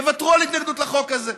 יוותרו על התנגדות לחוק הזה,